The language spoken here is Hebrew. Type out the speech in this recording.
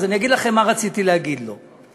אני אגיד לכם מה רציתי להגיד לו.